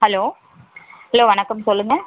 hello hello வணக்கம் சொல்லுங்கள்